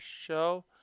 show